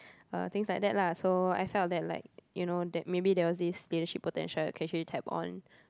uh things like that lah so I felt that like you know that maybe there was this leadership potential I can actually tap on